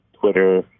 Twitter